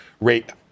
rate